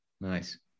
Nice